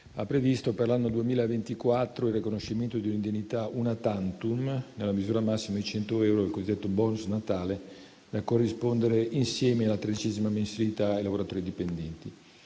ha previsto per l'anno 2024 il riconoscimento di un'indennità *una tantum*, nella misura massima di 100 euro (il cosiddetto *bonus* Natale), da corrispondere insieme alla tredicesima mensilità ai lavoratori dipendenti.